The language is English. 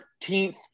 13th